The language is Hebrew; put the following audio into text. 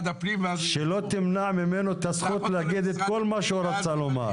שלא תמנע ממנו את הזכות להגיד את כל מה שהוא רוצה לומר.